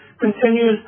continues